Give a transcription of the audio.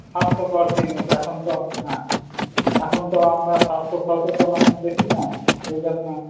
স্বাস্থ্যকর জিনিস এখন তো হ্যাঁ এখন তো আমরা স্বাস্থ্য সচেতন অনেক বেশি না সেই জন্য